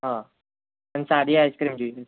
હં અને સાદી આઇસક્રીમ જોઈએ છે